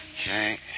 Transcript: Okay